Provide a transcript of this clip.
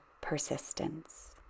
persistence